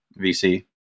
VC